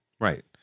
right